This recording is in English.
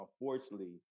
unfortunately